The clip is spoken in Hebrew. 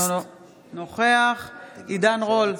אינו נוכח עידן רול,